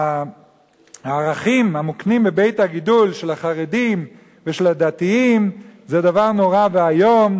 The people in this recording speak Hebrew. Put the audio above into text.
שהערכים המוקנים בבית-הגידול של החרדים ושל הדתיים זה דבר נורא ואיום,